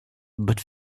but